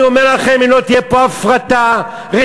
אני אומר לכם, אם לא תהיה פה הפרטה רצינית,